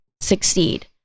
succeed